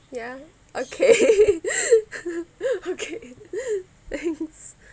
ya okay okay thanks